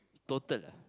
total